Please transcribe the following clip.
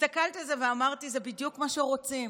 הסתכלתי על זה ואמרתי: זה בדיוק מה שרוצים,